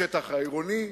בשטח העירוני,